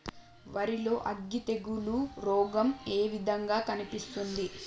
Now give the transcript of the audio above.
వరి లో అగ్గి తెగులు రోగం ఏ విధంగా కనిపిస్తుంది?